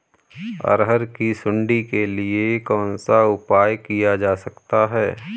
अरहर की सुंडी के लिए कौन सा उपाय किया जा सकता है?